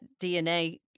DNA